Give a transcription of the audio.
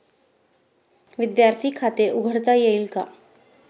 विद्यार्थी खाते उघडता येईल का?